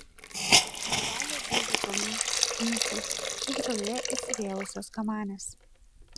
virvelės zyzia plonai nykiai lyg žolėje įsivėlusios kamanės